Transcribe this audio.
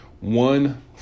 One